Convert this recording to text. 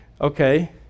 okay